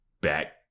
back